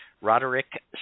Roderick